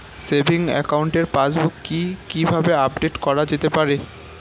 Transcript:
Savings একাউন্টের passbook কি কিভাবে আপডেট করা যেতে পারে?